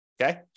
okay